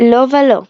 “לא ולא.